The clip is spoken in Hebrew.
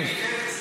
יש.